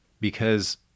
Because-